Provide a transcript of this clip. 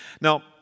Now